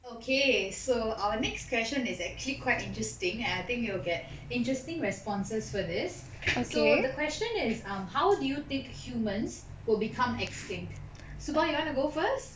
okay so our next question is actually quite interesting I think you will get interesting responses for this so the question is um how do you think humans will become extinct suba you want to go first